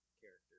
character